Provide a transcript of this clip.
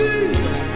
Jesus